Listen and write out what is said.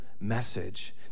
message